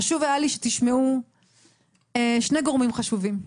חשוב היה לי שתשמעו שני גורמים חשובים: